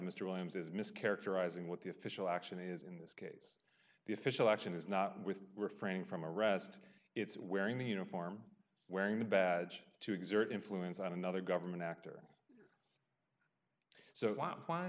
mr williams is mischaracterizing what the official action is in this case the official action is not with refraining from arrest it's wearing the uniform wearing the badge to exert influence on another government actor so why